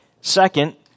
Second